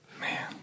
Man